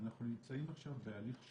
אנחנו נמצאים עכשיו בהליך שטרום.